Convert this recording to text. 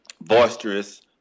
boisterous